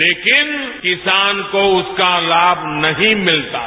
लेकिन किसान को उसका लाम नहीं मिलता था